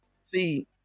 See